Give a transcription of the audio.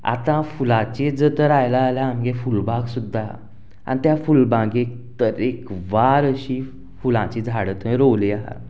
आतां फुलाचे जर तर आयला जाल्या आमगे फूल बाग सुद्दां आनी त्या फूल बागे एक तरेकवारशीं फुलांचीं झाडां थंय रोवले आहा